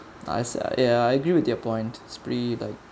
nice ah ya I agree with your point spree like